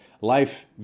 life